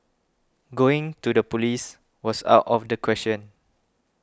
going to the police was out of the question